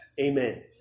Amen